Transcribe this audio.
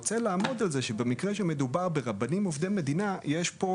כשמדובר ברבנים שהם עובדי מדינה יש פה